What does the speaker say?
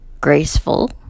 graceful